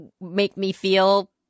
make-me-feel